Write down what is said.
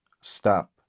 stop